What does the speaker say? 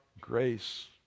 grace